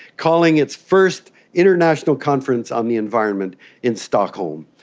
calling its first international conference on the environment in stockholm.